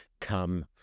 come